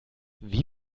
wie